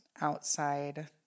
outside